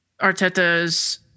Arteta's